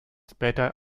später